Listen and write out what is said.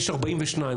יש 42,